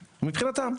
מבחינתם.